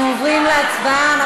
אנחנו עוברים להצבעה.